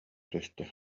түстэ